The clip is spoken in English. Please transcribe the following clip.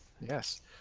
Yes